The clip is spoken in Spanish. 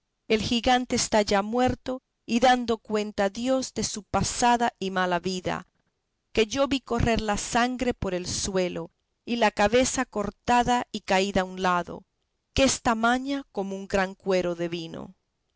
el gigante está ya muerto y dando cuenta a dios de su pasada y mala vida que yo vi correr la sangre por el suelo y la cabeza cortada y caída a un lado que es tamaña como un gran cuero de vino